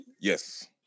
Yes